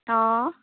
অঁ